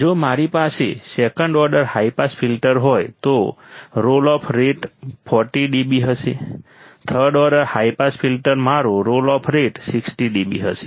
જો મારી પાસે second order high pass filter હોય તો રોલ ઓફ રેટ 40 dB હશે third order high pass filter મારો રોલ ઓફ રેટ 60 dB હશે